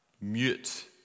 mute